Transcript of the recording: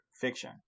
fiction